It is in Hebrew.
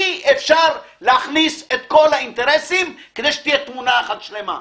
אבל אי-אפשר להכניס את כל האינטרסים כדי שתהיה תמונה אחת שלמה.